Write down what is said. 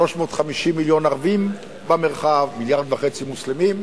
350 מיליון ערבים במרחב, מיליארד וחצי מוסלמים.